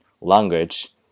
language